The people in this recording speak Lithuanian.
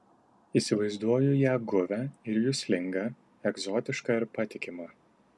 įsivaizduoju ją guvią ir juslingą egzotišką ir patikimą